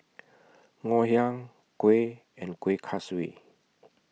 Ngoh Hiang Kuih and Kueh Kaswi